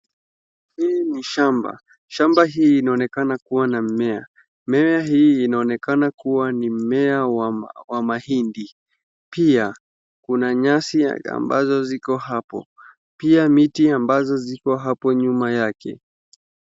Hii ni shamba, shamba hii inaonekana kuwa na mimea, mimea hii inaonekana kuwa ni mimea wa mahindi, pia kuna nyasi ambazo ziko hapo, pia miti ambazo ziko hapo nyuma yake.